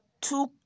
two